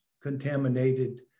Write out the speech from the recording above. contaminated